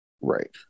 Right